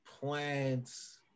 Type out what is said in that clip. plants